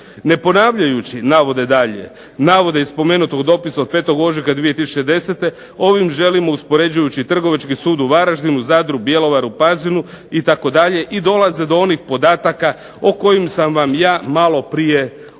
Ne ponavljajući navode dalje, navode iz spomenutog dopisa od 5. ožujka 2010. ovim želimo uspoređujući Trgovački sud u Varaždinu, Zadru, Bjelovaru, Pazinu itd. i dolaze do onih podataka o kojim sam vam ja maloprije govorio,